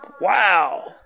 wow